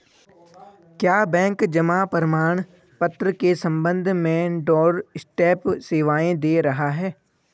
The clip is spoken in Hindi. क्या बैंक जमा प्रमाण पत्र के संबंध में डोरस्टेप सेवाएं दे रहा है?